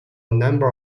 number